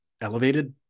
elevated